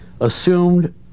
assumed